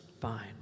fine